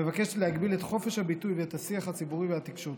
המבקשת להגביל את חופש הביטוי ואת השיח הציבורי והתקשורתי,